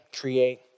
create